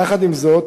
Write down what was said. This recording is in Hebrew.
יחד עם זאת,